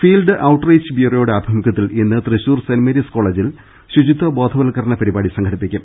field outreach ബ്യൂറോയുടെ ആഭിമുഖ്യത്തിൽ ഇന്ന് തൃശൂർ സെന്റ് മേരീസ് കോളജിൽ ശുചിത്വ ബോധവത്കരണ പരിപാടി സംഘടിപ്പി ക്കും